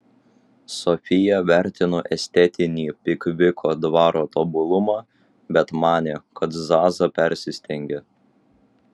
sofija vertino estetinį pikviko dvaro tobulumą bet manė kad zaza persistengia